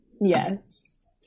Yes